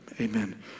Amen